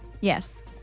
Yes